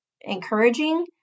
encouraging